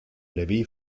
levy